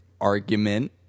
argument